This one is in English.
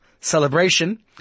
celebration